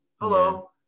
hello